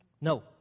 No